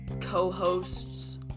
co-hosts